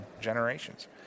generations